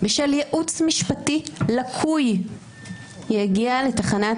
בשל ייעוץ משפטי לקוי היא הגיעה לתחנת